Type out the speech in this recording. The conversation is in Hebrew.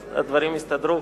אז הדברים הסתדרו,